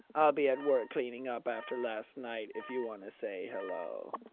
i'll be at work cleaning up after last night, if you want to say hello.